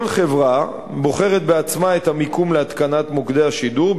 כל חברה בוחרת בעצמה את המיקום להתקנת מוקדי השידור,